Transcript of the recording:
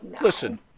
listen